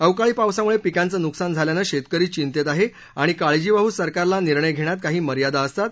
अवकाळी पावसाम्ळे पिकांचं न्कसान झाल्यानं शेतकरी चिंतेत आहे आणि काळजीवाह सरकारला निर्णय घेण्यात काही मर्यादा असतात